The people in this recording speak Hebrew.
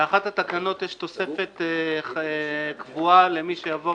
באחת התקנות יש תוספת קבועה למי שיעבור